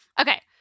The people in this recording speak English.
Okay